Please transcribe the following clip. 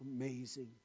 amazing